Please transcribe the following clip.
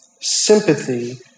sympathy